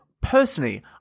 personally